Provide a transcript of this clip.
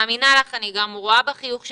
ואני גם רואה בחיוך שלך,